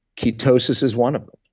ketosis is one of them.